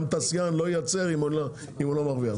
גם תעשיין לא ייצר אם הוא לא מרוויח.